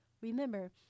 Remember